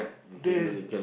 they